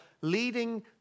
leading